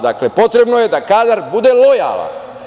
Dakle, potrebno je da kadar bude lojalan.